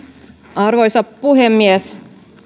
arvoisa puhemies